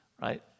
right